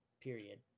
period